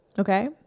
Okay